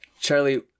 Charlie